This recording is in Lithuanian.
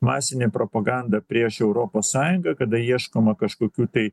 masinė propaganda prieš europos sąjungą kada ieškoma kažkokių tai